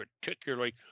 particularly